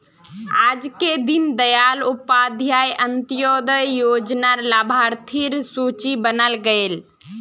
आजके दीन दयाल उपाध्याय अंत्योदय योजना र लाभार्थिर सूची बनाल गयेल